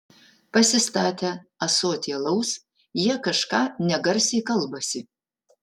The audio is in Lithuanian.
pasistatę ąsotį alaus jie kažką negarsiai kalbasi